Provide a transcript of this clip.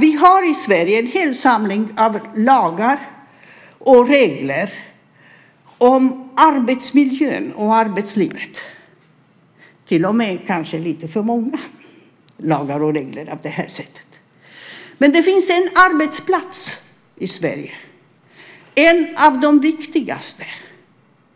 Vi har i Sverige en hel samling av lagar och regler om arbetsmiljön och arbetslivet, kanske till och med lite för många lagar och regler av det här slaget. Men det finns en arbetsplats i Sverige, en av de viktigaste,